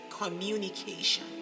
communication